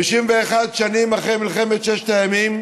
51 שנים אחרי מלחמת ששת הימים,